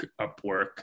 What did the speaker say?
Upwork